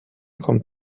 kommt